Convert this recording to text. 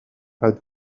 had